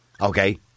Okay